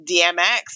DMX